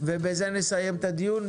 ובזה נסיים את הדיון,